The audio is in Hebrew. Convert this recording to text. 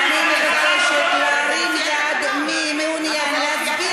שמי שבאולם ועוד לא הצביע יכול להצביע,